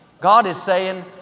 god is saying,